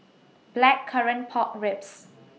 Blackcurrant Pork Ribs